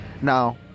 Now